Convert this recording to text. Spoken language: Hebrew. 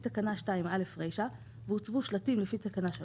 תקנה 2(א) רישה והוצבו שלטים לפי תקנה 3"